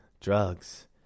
drugs